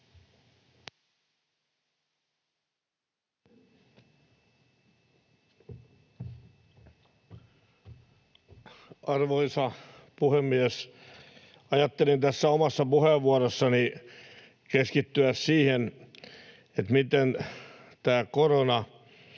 Arvoisa puhemies! Ajattelin tässä omassa puheenvuorossani keskittyä siihen, miten korona